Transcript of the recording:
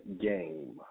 game